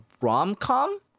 rom-com